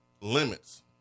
limits